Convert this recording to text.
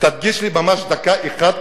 תקדיש לי ממש דקה אחת,